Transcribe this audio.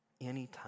anytime